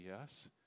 yes